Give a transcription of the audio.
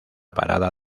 parada